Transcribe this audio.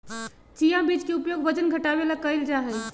chia बीज के उपयोग वजन घटावे ला कइल जाहई